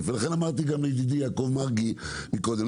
ולכן אמרתי גם לידידי יעקב מרגי קודם.